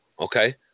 Okay